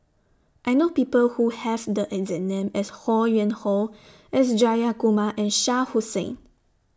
I know People Who Have The exact name as Ho Yuen Hoe S Jayakumar and Shah Hussain